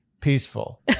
peaceful